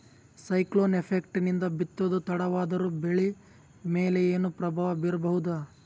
Cyclone effect ನಿಂದ ಬಿತ್ತೋದು ತಡವಾದರೂ ಬೆಳಿ ಮೇಲೆ ಏನು ಪ್ರಭಾವ ಬೀರಬಹುದು?